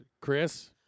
Chris